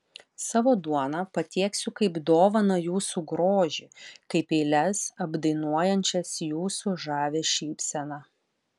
savo duoną patieksiu kaip dovaną jūsų grožiui kaip eiles apdainuojančias jūsų žavią šypseną